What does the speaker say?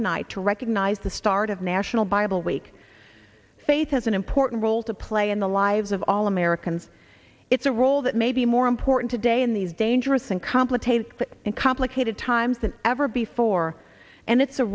tonight to recognize the start of national bible week faith has an important role to play in the lives of all americans it's a role that may be more important today in these dangerous and complicated and complicated times than ever before and it's a